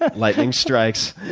but lightning strikes.